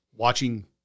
Watching